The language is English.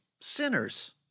sinners